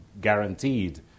guaranteed